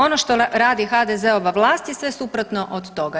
Ono što radi HDZ-ova vlast je sve suprotno od toga.